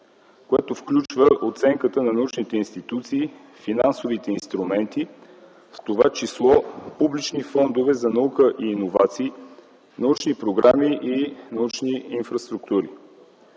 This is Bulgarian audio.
което включва оценката на научните институции, финансовите инструменти, в това число публични фондове за наука и иновации, научни програми и научни инфраструктури.